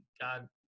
God